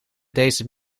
deze